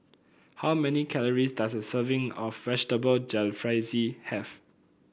how many calories does a serving of Vegetable Jalfrezi have